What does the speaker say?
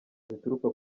zituruka